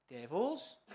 devils